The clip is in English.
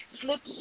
slips